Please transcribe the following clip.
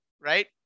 right